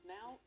Now